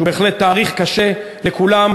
שהוא בהחלט תאריך קשה לכולם,